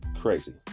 Crazy